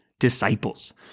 disciples